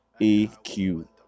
AQ